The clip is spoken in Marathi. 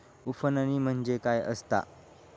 उफणणी म्हणजे काय असतां?